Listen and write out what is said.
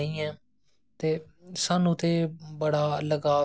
फिर स्बेटरा बुनदी ही